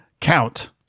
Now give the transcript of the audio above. count